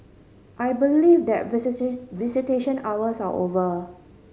I believe that visitation hours are over